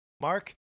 Mark